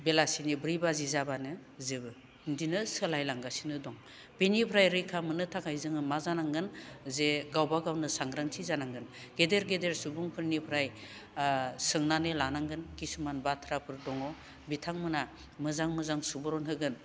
बेलासिनि ब्रै बाजि जाबानो जोबो बिदिनो सोलायलांगासिनो दं बेनिफ्राय रैखा मोननो थाखाय जोङो मा जानांगोन जे गावबा गावनो सांग्रांथि जानांगोन गेदेर गेदेर सुबुंफोरनिफ्राय सोंनानै लानांगोन किसुमान बाथ्राफोर दङ बिथांमोना मोजां मोजां सुबुरन होगोन